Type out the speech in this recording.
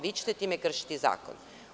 Vi ćete time kršiti zakon.